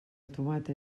tomata